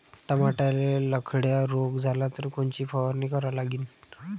टमाट्याले लखड्या रोग झाला तर कोनची फवारणी करा लागीन?